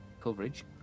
coverage